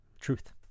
truth